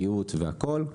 ריהוט והכול.